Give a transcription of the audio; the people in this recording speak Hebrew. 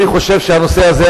אני חושב שהנושא הזה,